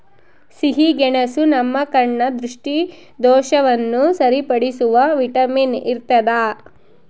ಸಿಹಿಗೆಣಸು ನಮ್ಮ ಕಣ್ಣ ದೃಷ್ಟಿದೋಷವನ್ನು ಸರಿಪಡಿಸುವ ವಿಟಮಿನ್ ಇರ್ತಾದ